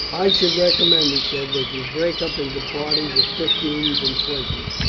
i should recommend, he said, that you break up into parties of fifteens and twenties,